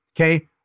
okay